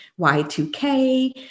Y2K